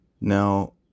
Now